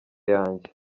yanjye